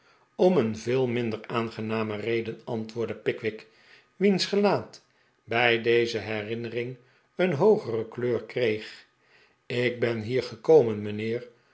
om een veel minder aangename reden antwoordde pickwick wiens gelaat bij deze herinnering een hoogere kleur kreeg ik ben hier gekomen mijnheer